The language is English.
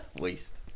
Waste